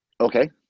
Okay